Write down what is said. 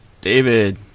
David